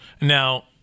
Now